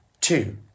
two